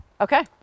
Okay